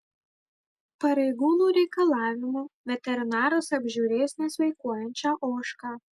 pareigūnų reikalavimu veterinaras apžiūrės nesveikuojančią ožką